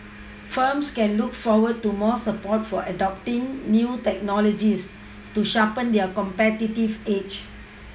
firms can look forward to more support for adopting new technologies to sharpen their competitive edge